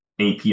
AP